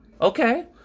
Okay